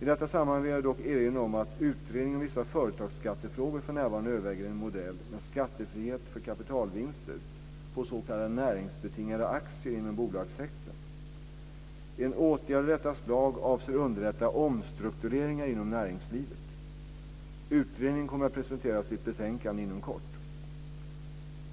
I detta sammanhang vill jag dock erinra om att utredningen om vissa företagsskattefrågor för närvarande överväger en modell med skattefrihet för kapitalvinster på s.k. näringsbetingade aktier inom bolagsssektorn. En åtgärd av detta slag avser underlätta omstruktureringar inom näringslivet. Utredningen kommer att presentera sitt betänkande inom kort.